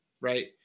right